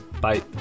Bye